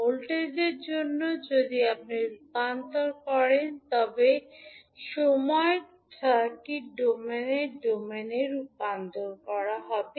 ভোল্টেজের জন্য যদি আপনি রূপান্তর করেন সময় ডোমেন সার্কিট এর ডোমেইনে রূপান্তরিত হবে